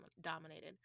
dominated